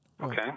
Okay